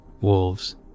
Wolves